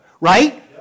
right